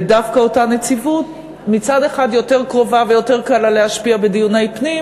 ודווקא אותה נציבות מצד אחד יותר קרובה ויותר קל לה להשפיע בדיוני פנים,